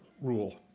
rule